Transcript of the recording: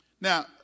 Now